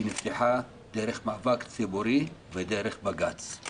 נפתחה דרך מאבק ציבורי ודרך בג"צ.